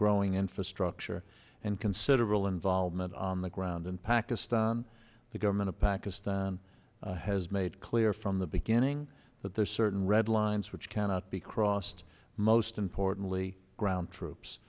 growing infrastructure and considerable involvement on the ground in pakistan the government of pakistan has made clear from the beginning that there's certain red lines which cannot be crossed most importantly ground troops